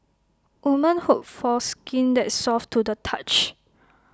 women hope for skin that is soft to the touch